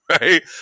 right